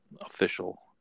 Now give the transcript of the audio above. official